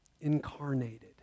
incarnated